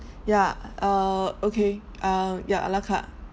ya err okay um yeah a la carte